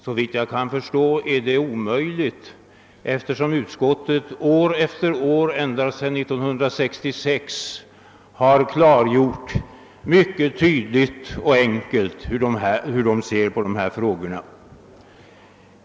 Såvitt jag kan förstå är detta onödigt, eftersom utskottet år efter år ända sedan 1966 mycket tydligt och enkelt har klargjort hur det ser på dessa frågor.